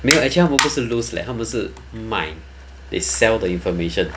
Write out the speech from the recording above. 没有 actually 不是 lose leh 他们是卖 they sell the information